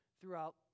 throughout